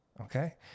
okay